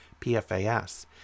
PFAS